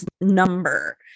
number